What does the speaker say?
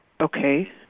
Okay